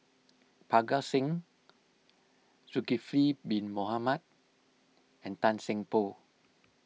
Parga Singh Zulkifli Bin Mohamed and Tan Seng Poh